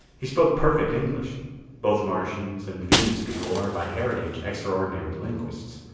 he spoke perfect english both martians and venus people are by heritage extraordinary linguists.